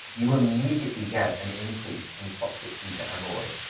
you immediately get an increase in toxic beta amyloid.